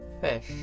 fish